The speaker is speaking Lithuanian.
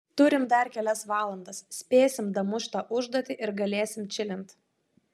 turim dar kelias valandas spėsim damušt tą užduotį ir galėsim čilint